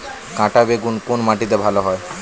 কাঁটা বেগুন কোন মাটিতে ভালো হয়?